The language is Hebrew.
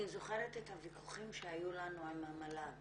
אני זוכרת את הויכוחים שהיו לנו עם המל"ג